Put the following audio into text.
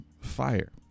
fire